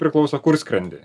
priklauso kur skrendi